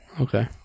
Okay